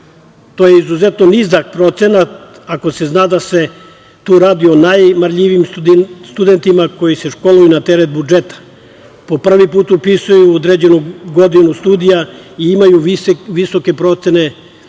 To je izuzetno nizak procenat, ako se zna da se tu radi o najmarljivijim studentima, koji se školuju na teret budžeta. Po prvi put upisuju određenu godinu studija i imaju visoke proseke ocena,